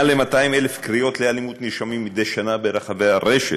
יותר מ-200,000 קריאות לאלימות נרשמות מדי שנה ברחבי הרשת,